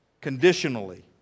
Conditionally